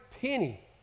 penny